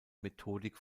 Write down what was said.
methodik